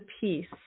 peace